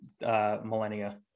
millennia